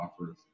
offers